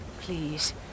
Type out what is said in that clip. Please